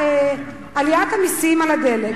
עליית המסים על הדלק,